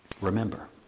Remember